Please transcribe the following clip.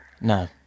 No